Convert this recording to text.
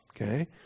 Okay